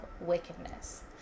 wickedness